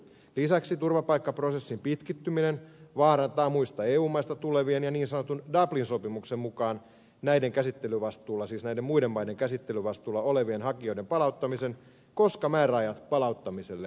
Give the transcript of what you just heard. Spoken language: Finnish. lisäksi turvapaikkaprosessin pitkittyminen vaarantaa muista eu maista tulevien ja niin sanotun dublin sopimuksen mukaan näiden käsittelyvastuulla siis näiden muiden maiden käsittelyvastuulla olevien hakijoiden palauttamisen koska määräajat palauttamiselle ylittyvät